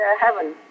heaven